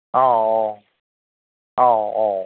औ औ औ औ